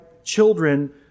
Children